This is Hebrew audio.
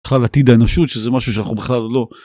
בכלל, עתיד האנושות שזה משהו שאנחנו בכלל לא.